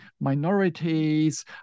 minorities